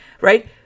right